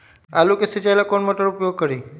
आलू के सिंचाई ला कौन मोटर उपयोग करी?